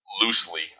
loosely